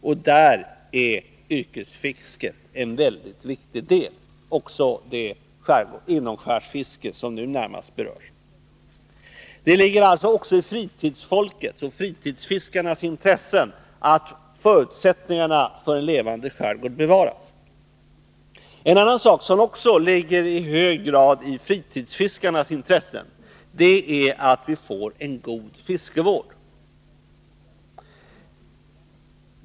Och därvidlag är yrkesfisket en mycket viktig del, också inomskärsfisket som nu närmast berörs. Det ligger alltså även i fritidsfolkets och fritidsfiskarnas intresse att förutsättningarna för en levande skärgård bevaras. En annan sak som också i hög grad ligger i fritidsfiskarnas intresse är att vi får en god fiskevård.